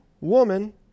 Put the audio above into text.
woman